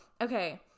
okay